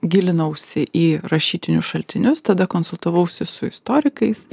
gilinausi į rašytinius šaltinius tada konsultavausi su istorikais